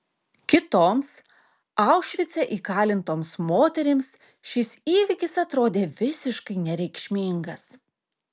kitoms aušvice įkalintoms moterims šis įvykis atrodė visiškai nereikšmingas